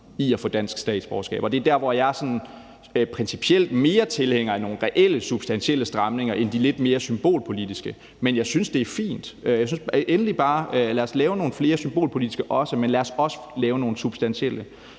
i at få dansk statsborgerskab, og det er derfor, at jeg principielt er mere tilhænger af nogle reelle, substantielle stramninger end de lidt mere symbolpolitiske. Men jeg synes, det er fint. Lad os endelig bare lave nogle symbolpolitiske stramninger, men lad os også lave nogle substantielle